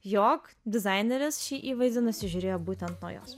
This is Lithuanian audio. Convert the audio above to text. jog dizainerės šį įvaizdį nusižiūrėjo būtent nuo jos